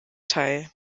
teil